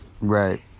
Right